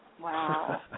wow